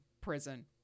prison